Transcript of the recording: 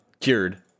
cured